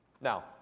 Now